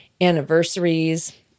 anniversaries